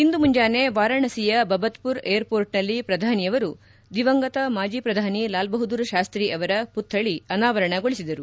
ಇಂದು ಮುಂಜಾನೆ ವಾರಾಣಾಸಿಯ ಬಬತ್ಮರ್ ಏರ್ ಮೋರ್ಟ್ನಲ್ಲಿ ಪ್ರಧಾನಿಯವರು ದಿವಂಗತ ಮಾಜಿ ಪ್ರಧಾನಿ ಲಾಲ್ಬಹದ್ದೂರ್ ಶಾಸ್ತ್ರಿ ಅವರ ಮತ್ಥಳಿ ಅನಾವರಣಗೊಳಿಸಿದರು